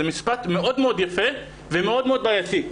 זה משפט מאוד מאוד יפה ומאוד מאוד בעייתי,